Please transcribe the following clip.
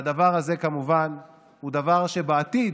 והדבר הזה כמובן הוא דבר שבעתיד